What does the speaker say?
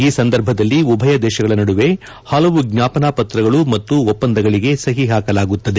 ಈ ಸಂದರ್ಭದಲ್ಲಿ ಉಭಯ ದೇಶಗಳ ನಡುವೆ ಹಲವು ಜ್ಞಾಪನಾ ಪತ್ರಗಳು ಮತ್ತು ಒಪ್ಪಂದಗಳಿಗೆ ಸಹಿ ಹಾಕಲಾಗುತ್ತದೆ